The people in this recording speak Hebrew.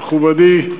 מכובדי,